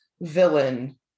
villain